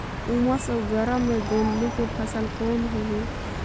उमस अउ गरम मे गोंदली के फसल कौन होही?